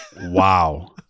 Wow